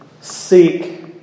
seek